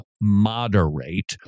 moderate